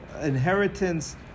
inheritance